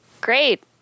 Great